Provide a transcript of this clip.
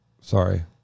Sorry